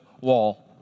wall